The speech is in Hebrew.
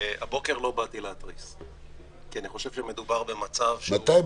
הבוקר לא באתי להתריס כי אני חושב שמדובר במצב --- מתי,